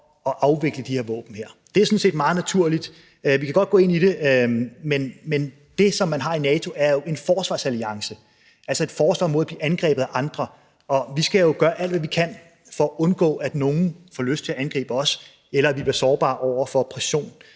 at afvikle de her våben. Det er sådan set meget naturligt. Vi kan godt gå ind i det, men det, som man har i NATO, er jo en forsvarsalliance. Det er altså et forsvar mod at blive angrebet af nogle andre, og vi skal gøre alt, hvad vi kan, for at undgå, at nogle får lyst til at angribe os, eller at vi i NATO-alliancen bliver sårbare over for pression.